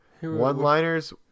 One-liners